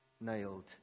nailed